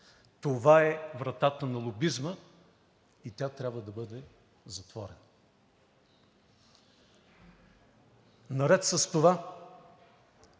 Това е вратата на лобизма и тя трябва да бъде затворена. Наред с това